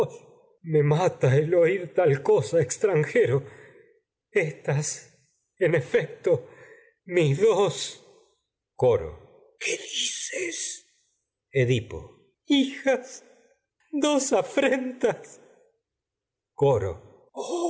me mata el oír tal cosa extranje ros éstas en mis dos edipo en colono coro qué dices dos afrentas